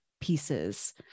pieces